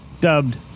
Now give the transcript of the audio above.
dubbed